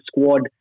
squad